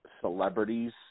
celebrities